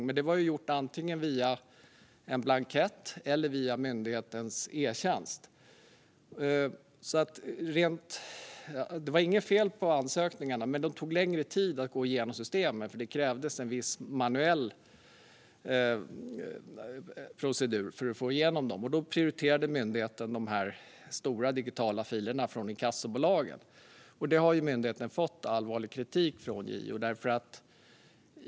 Men det var gjort antingen via en blankett eller via myndighetens e-tjänst. Det var alltså inget fel på ansökningarna, men de tog längre tid genom systemet. Det krävdes en viss manuell procedur för att få igenom dem. Då prioriterade myndigheten de stora, digitala filerna från inkassobolagen. För detta har myndigheten fått allvarlig kritik från JO.